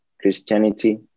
christianity